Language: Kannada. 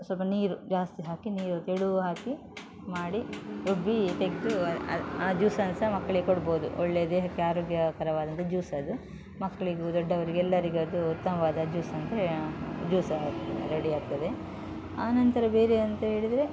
ಸ್ವಲ್ಪ ನೀರು ಜಾಸ್ತಿ ಹಾಕಿ ನೀರು ತೆಳು ಹಾಕಿ ಮಾಡಿ ರುಬ್ಬಿ ತೆಗೆದು ಆ ಜ್ಯೂಸನ್ನ ಸಹ ಮಕ್ಳಿಗೆ ಕೊಡ್ಬೋದು ಒಳ್ಳೆಯ ದೇಹಕ್ಕೆ ಆರೋಗ್ಯಕರವಾದಂಥ ಜ್ಯೂಸ್ ಅದು ಮಕ್ಕಳಿಗು ದೊಡ್ಡವ್ರಿಗೆ ಎಲ್ಲರಿಗದು ಉತ್ತಮವಾದ ಜ್ಯೂಸ್ ಅಂತೆ ಯಾ ಜ್ಯೂಸ ರೆಡಿಯಾಗ್ತದೆ ಆನಂತರ ಬೇರೆ ಅಂತ ಹೇಳಿದ್ರೆ